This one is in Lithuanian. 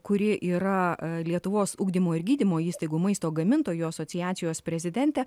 kuri yra lietuvos ugdymo ir gydymo įstaigų maisto gamintojų asociacijos prezidentė